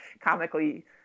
comically